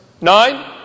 nine